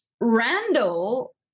Randall